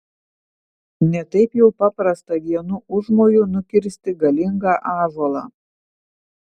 ne taip jau paprasta vienu užmoju nukirsti galingą ąžuolą